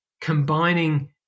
combining